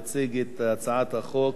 יציג את הצעת החוק